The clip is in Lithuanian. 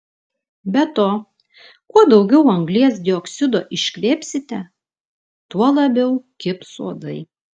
be to kuo daugiau anglies dioksido iškvėpsite tuo labiau kibs uodai